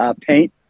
paint